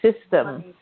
system